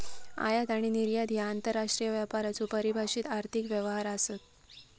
आयात आणि निर्यात ह्या आंतरराष्ट्रीय व्यापाराचो परिभाषित आर्थिक व्यवहार आसत